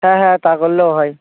হ্যাঁ হ্যাঁ তা করলেও হয়